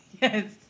Yes